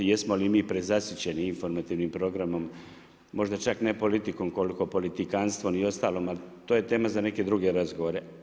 Jesmo li mi prezasićeni informativnim programom, možda čak ne politikom, koliko politikantstvom i ostalom, ali to je tema za neke druge razgovore.